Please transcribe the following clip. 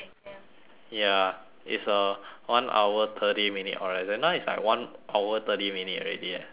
ya it's a one hour thirty minute oral exam now it's like one hour thirty minute already eh just nice